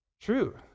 True